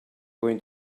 going